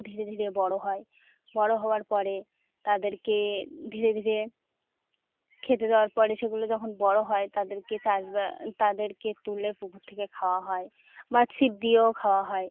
ধীরে ধীরে বড় হয় বড় হওয়ার পরে তাদেরকে ধীরে ধীরে খেতে দেওয়ার পরে সেগুলো যখন বড় হয় তাদেরকে চাষ বা তাদেরকে তুলে পুকুর থেকে খাওয়া হয় বা ছিপ দিয়েও খাওয়া হয়